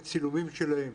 בין צילומים שלהם,